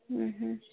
ହୁଁ ହୁଁ